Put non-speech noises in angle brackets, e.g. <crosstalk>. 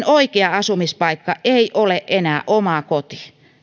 <unintelligible> oikea asumispaikka ei ole enää oma koti